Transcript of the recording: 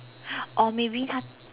or maybe !huh!